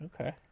okay